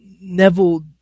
Neville